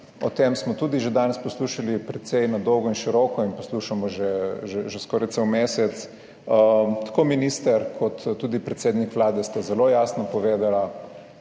O tem smo tudi že danes poslušali precej na dolgo in široko in poslušamo že skoraj cel mesec. Tako minister kot tudi predsednik Vlade sta zelo jasno povedala,